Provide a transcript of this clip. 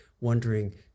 wondering